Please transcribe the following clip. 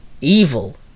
Evil